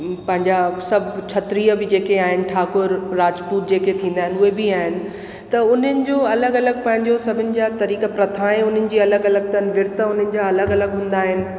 पंहिंजा सभु क्षत्रिय बि जेके आहिनि ठाकुर राजपुत जेके थींदा आहिनि उहे बि आहिनि त उन्हनि जो अलॻि अलॻि पंहिंजो सभिनी जा तरीक़ा प्रथाएं उन्हनि जी अलॻि अलॻि अथनि नृत उन्हनि जा अलॻि अलॻि हूंदा आहिनि